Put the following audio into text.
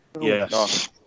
Yes